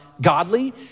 godly